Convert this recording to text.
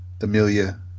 Amelia